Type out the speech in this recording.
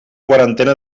quarantena